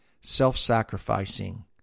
self-sacrificing